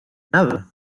nada